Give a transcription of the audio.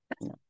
No